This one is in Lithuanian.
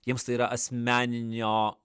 jiems tai yra asmeninio